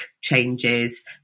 changes